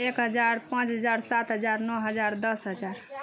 एक हजार पाँच हजार सात हजार नओ हजार दस हजार